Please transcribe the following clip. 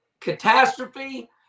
catastrophe